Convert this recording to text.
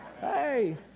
hey